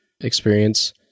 experience